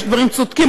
יש דברים צודקים.